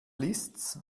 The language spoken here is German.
liszt